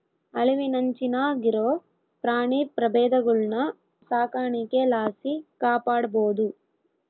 ಅಳಿವಿನಂಚಿನಾಗಿರೋ ಪ್ರಾಣಿ ಪ್ರಭೇದಗುಳ್ನ ಸಾಕಾಣಿಕೆ ಲಾಸಿ ಕಾಪಾಡ್ಬೋದು